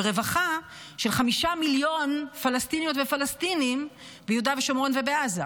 ברווחה של 5 מיליון פלסטיניות ופלסטינים ביהודה ושומרון ובעזה.